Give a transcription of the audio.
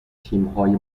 تیمهای